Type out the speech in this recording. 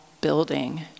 building